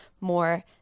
more